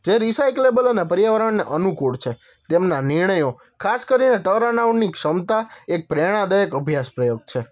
જે રિસાઈકલેબલ અને પર્યાવરણને અનુકૂળ છે તેમના નિર્ણયો ખાસ કરીને ટર્ન અરાઉન્ડની ક્ષમતા એક પ્રેરણાદાયક અભ્યાસ પ્રયોગ છે